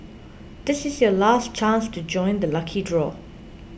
this is your last chance to join the lucky draw